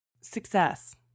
Success